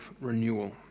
Renewal